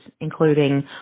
including